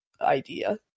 idea